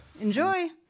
Enjoy